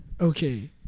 okay